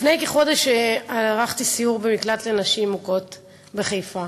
לפני כחודש ערכתי סיור במקלט לנשים מוכות בחיפה.